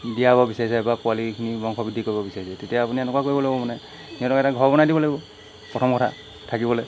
দিয়াব বিচাৰিছে বা পোৱালিখিনি বংশ বৃদ্ধি কৰিব বিচাৰিছে তেতিয়া আপুনি এনেকুৱা কৰিব লাগিব মানে সিহঁতক এটা ঘৰ বনাই দিব লাগিব প্ৰথম কথা থাকিবলৈ